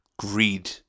Greed